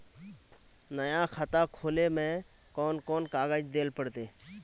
नया खाता खोले में कौन कौन कागज देल पड़ते?